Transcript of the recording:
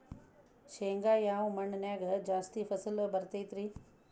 ಶೇಂಗಾ ಯಾವ ಮಣ್ಣಿನ್ಯಾಗ ಜಾಸ್ತಿ ಫಸಲು ಬರತೈತ್ರಿ?